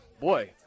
Boy